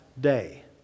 day